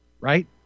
right